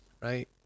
right